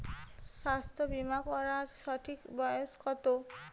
স্বাস্থ্য বীমা করার সঠিক বয়স কত?